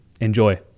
Enjoy